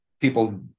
people